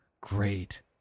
great